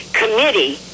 committee